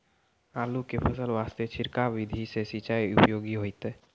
आलू के फसल वास्ते छिड़काव विधि से सिंचाई उपयोगी होइतै?